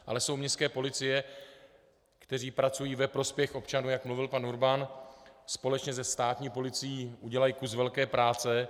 Ale jsou městské policie, které pracují ve prospěch občanů, jak mluvil pan Urban, společně se státní policií udělají kus velké práce.